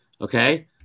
Okay